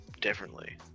differently